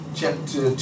chapter